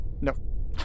No